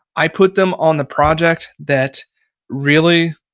i put them on the project that really